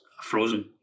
frozen